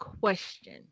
question